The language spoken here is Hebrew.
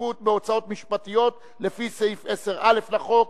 להשתתפות בהוצאות משפטיות לפי סעיף 10א לחוק,